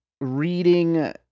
reading